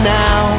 now